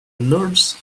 nerds